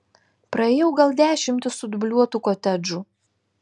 praėjau gal dešimtį sudubliuotų kotedžų